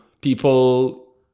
people